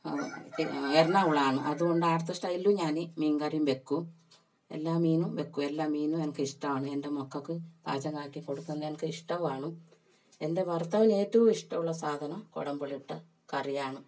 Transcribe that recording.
എറണാകുളമാണ് അതുകൊണ്ട് അവിടെത്തെ സ്റ്റൈലും ഞാൻ മീൻ കറി വയ്ക്കും എല്ലാ മീനും വയ്ക്കും എല്ലാ മീനും എനിക്ക് ഇഷ്ടമാണ് എൻ്റെ മക്കൾക്ക് പാചകം ആക്കി കൊടുക്കുന്നത് എനിക്ക് ഇഷ്ടമാണ് എൻ്റെ ഭർത്താവിന് ഏറ്റവും ഇഷ്ടമുള്ള സാധനം കൊടമ്പുളി ഇട്ട കറിയാണ്